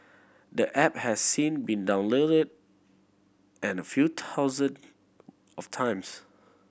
the app has since been downloaded and a few thousand of times